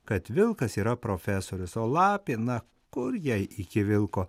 kad vilkas yra profesorius o lapė na kur jai iki vilko